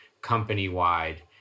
company-wide